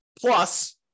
Plus